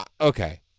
Okay